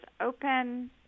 open